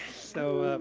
so